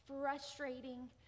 frustrating